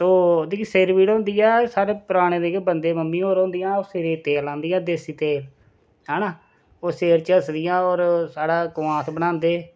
ओह् जेहकी सिर पीड़ होंदी ऐ साढ़ै पराने जेह्के बंदे मम्मी होर होंदियां ओह् सिरै तेल लांदियां देसी तैल हैना ओह् सिर चसदिया होर साढ़ै कोआंथ बनांदे